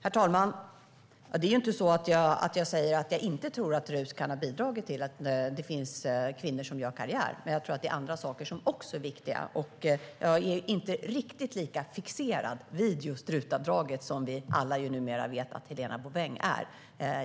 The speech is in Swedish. Herr talman! Jag säger inte att jag inte tror att RUT kan ha bidragit till att det finns kvinnor som gör karriär, men jag tror att det är andra saker som också är viktiga. Och jag är inte riktigt lika fixerad vid just RUT-avdraget som vi ju alla numera vet att Helena Bouveng är.